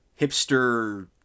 hipster